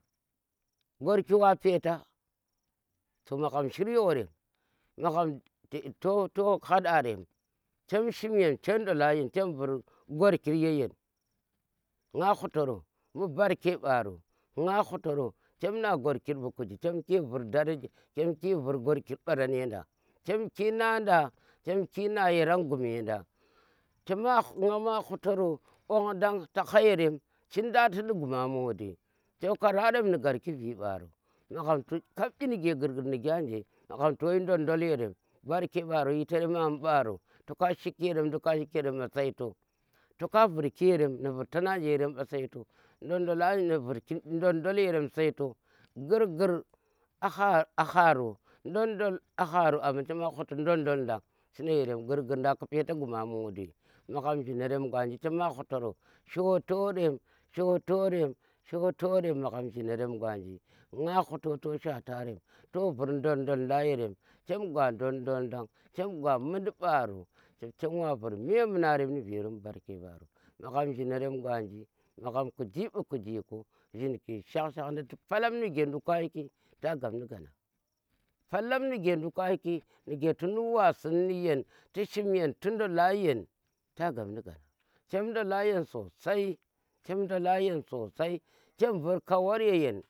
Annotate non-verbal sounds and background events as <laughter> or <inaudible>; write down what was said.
Gwarki wa peta <unintelligible> magham shiyo rem, magham to to handa rem chem shiim yen, chem ndola yen, chem vur gwarkir ya yen nna hutoro mbu barke ɓaro nga hutoro chem na gwarkir ɓu kuji, chem ki vur <hesitation> gwarkir ɓaran yanda chem ki nada, chem na yaran gume nda, chema ki nga ma hutoro ɓong da ti ha yere chiddan ti ɗi guma di <hesitation> kararem nu garki vii mbaro magham kap inige vu gurgur nuku anje magha toyi ndon ndol yarem, mbu barke mbaro yitarem ma mbu mbaro to ka shiki yerem nduk ka shiki yerem mba sai to toka vurki ye rem nu vur tana je mba sai to. ndodola nje <hesitation> nu vurn dondol sai to gurgur a ha a haro dondol a haro amma chema huti dondol ndan gurgur nda tu pete guma mukdi magham jhinarem gwanji chema hutoro shotorem, shotorem, shotorem magham jhinarem gwanji nga huto to shwatarem to vur dondol dan yerem chem gwa dondol dan chem gwa mundi mbaro chem wa vur memunarem nu vero mbu barke mbaro magham jhinarem gwanji, magham kuji mbu kuji ku jhinkir shak shak ndi tu palam nuge duk ka yi ki ta gap ni gana palam nuge duk kayiki nuge tun wa sin nu yen tun shim yen tu ndola yen ta gap nu gana chem ndolayen sosai, chem ndola yen sosai chem vur kawar ye yen.